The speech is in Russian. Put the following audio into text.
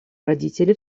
родители